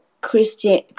Christian